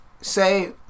Say